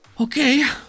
Okay